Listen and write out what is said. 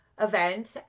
event